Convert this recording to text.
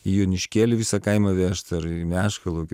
į joniškėlį visą kaimą vežt ar į meškalaukį